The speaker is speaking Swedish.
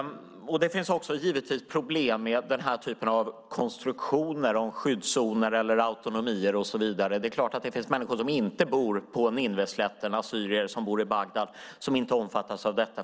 Det finns givetvis problem med den här typen av konstruktioner av skyddszoner eller autonomier och så vidare. Det är klart att det finns människor som inte bor i Nineveslätten, assyrier som bor i Bagdad och som inte omfattas av detta.